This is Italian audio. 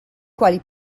quali